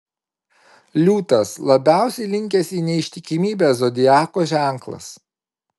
liūtas labiausiai linkęs į neištikimybę zodiako ženklas